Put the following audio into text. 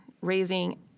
raising